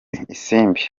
isimbi